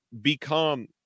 become